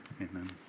amen